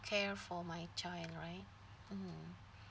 care for my child right